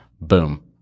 boom